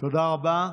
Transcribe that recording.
תודה רבה.